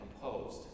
composed